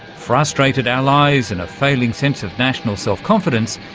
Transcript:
frustrated allies, and a failing sense of national self-confidence,